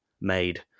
made